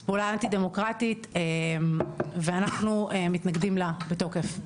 זאת פעולה אנטי דמוקרטית ואנחנו מתנגדים לה בתוקף,